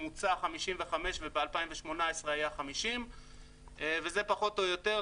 מוצע 55 וב-2018 היה 50. וזה פחות או יותר,